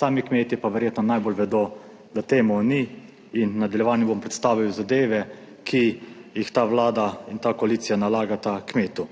Sami kmetje pa verjetno najbolj vedo, da temu ni in v nadaljevanju bom predstavil zadeve, ki jih ta Vlada in ta koalicija nalagata kmetu.